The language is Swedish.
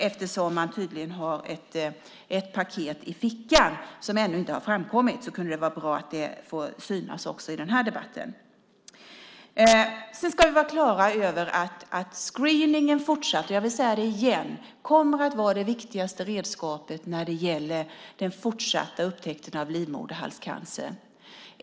Eftersom man tydligen har ett paket i fickan som ännu inte har framkommit skulle det vara bra om det fick synas också i den här debatten. Sedan ska vi vara klara över att screeningen fortsatt - jag vill säga det igen - kommer att vara det viktigaste redskapet när det gäller upptäckten av livmoderhalscancer.